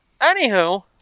Anywho